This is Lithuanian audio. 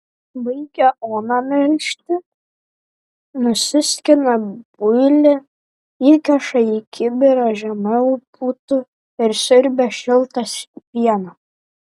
baigia ona melžti nusiskina builį įkiša į kibirą žemiau putų ir siurbia šiltą pieną